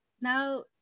now